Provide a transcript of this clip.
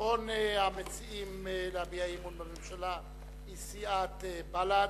אחרון המציעים להביע אי-אמון בממשלה הוא סיעת בל"ד.